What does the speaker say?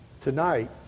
Tonight